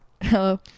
Hello